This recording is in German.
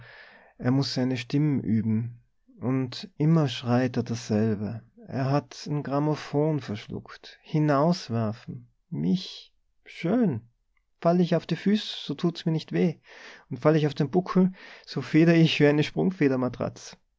er muß seine stimm üben und immer schreit er dasselbe er hat'n grammophon verschluckt hinauswerfen mich schön fall ich auf die füß so tut mir's nicht weh und fall ich auf den buckel so feder ich wie e